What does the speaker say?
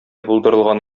булдырылган